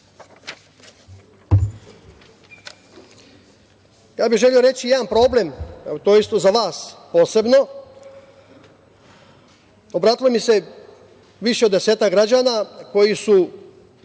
bih reći jedan problem, to isto za vas posebno, obratilo mi se više od desetak građana koji su